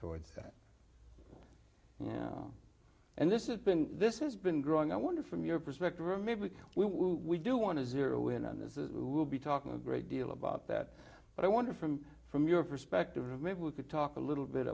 towards that yeah and this is been this has been growing i wonder from your perspective or maybe we do want to zero in on this is we will be talking a great deal about that but i wonder from from your perspective maybe we could talk a little bit